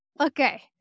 Okay